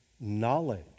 knowledge